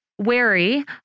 wary